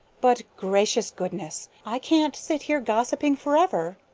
but gracious, goodness! i can't sit here gossiping forever.